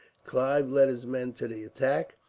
clive led his men to the attack,